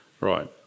Right